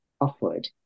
offered